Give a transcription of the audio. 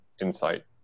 insight